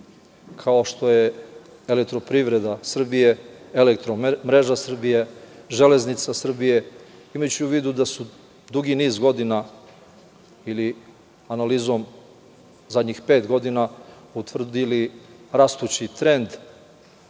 kao što su: EPS, Elektromreža Srbije, Železnice Srbije, imajući u vidu da su dugi niz godina ili analizom zadnjih pet godina utvrdili rastući trend